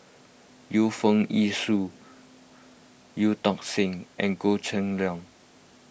Yu Foo Yee Shoon Eu Tong Sen and Goh Cheng Liang